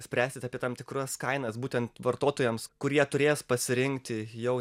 spręsit apie tam tikras kainas būtent vartotojams kurie turės pasirinkti jau